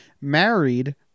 married